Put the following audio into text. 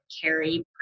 carry